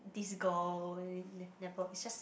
this girl never is just